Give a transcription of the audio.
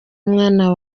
mwana